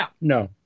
No